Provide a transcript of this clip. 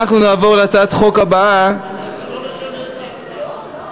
זה לא משנה את ההצבעה.